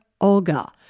Olga